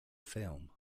film